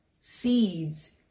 seeds